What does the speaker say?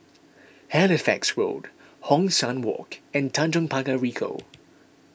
Halifax Road Hong San Walk and Tanjong Pagar Ricoh